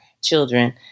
children